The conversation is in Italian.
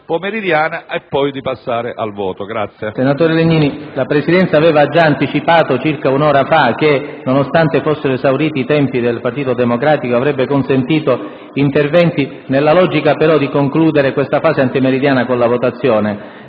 pomeridiana e poi di passare al voto.